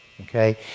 okay